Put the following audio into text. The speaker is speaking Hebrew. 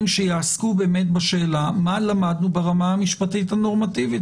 שיעסקו באמת בשאלה מה למדנו ברמה המשפטית הנורמטיבית